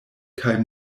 kaj